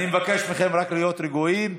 אני מבקש מכם רק להיות רגועים.